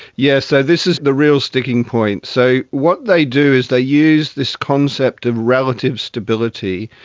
yes, so this is the real sticking point. so what they do is they use this concept of relative stability.